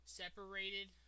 separated